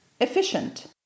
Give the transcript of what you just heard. efficient